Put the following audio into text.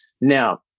Now